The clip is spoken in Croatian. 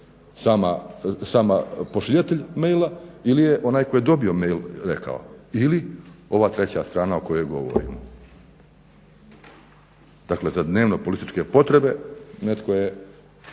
sama pošiljatelj maila ili je onaj koji je dobio mail rekao ili ova treća strana o kojoj govorimo. Znači za dnevno političke potrebe netko je